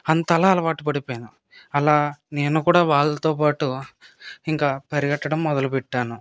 అంతలా అలవాటు పడిపోయాను అలా నేను కూడా వాళ్ళతో పాటు ఇంకా పరిగెట్టడం మొదలుపెట్టాను